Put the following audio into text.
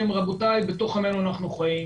רבותיי, בתוך עמנו אנחנו חיים.